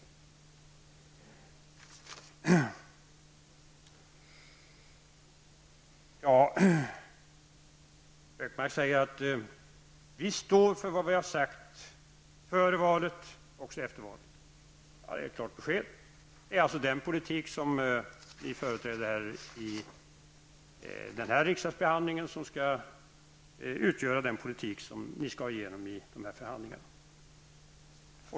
Gunnar Hökmark säger att moderaterna står fast vid vad de har sagt före valet och också efter valet. Det är ett klart besked. Det är alltså den politik som ni företräder i den här riksdagsbehandlingen som ni vill få igenom i förhandlingarna.